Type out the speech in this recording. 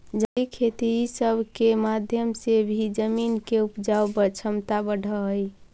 जंगली खेती ई सब के माध्यम से भी जमीन के उपजाऊ छमता बढ़ हई